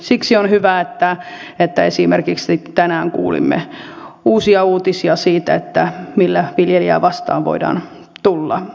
siksi on hyvä että esimerkiksi tänään kuulimme uusia uutisia siitä millä viljelijää vastaan voidaan tulla